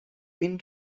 been